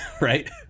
right